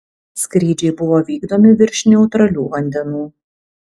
skrydžiai buvo vykdomi virš neutralių vandenų